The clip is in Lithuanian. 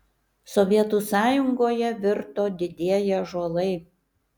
sovietų sąjungoje virto didieji ąžuolai